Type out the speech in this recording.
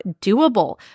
doable